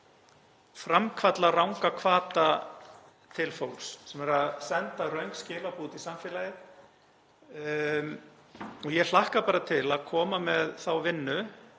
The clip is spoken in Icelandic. framkalla ranga hvata til fólks sem er að senda röng skilaboð út í samfélagið. Ég hlakka bara til að koma með þá vinnu